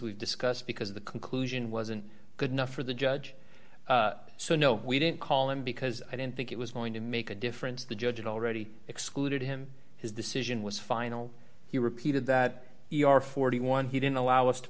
we've discussed because the conclusion wasn't good enough for the judge so no we didn't call him because i didn't think it was going to make a difference the judge already excluded him his decision was final he repeated that we are forty one he didn't allow us to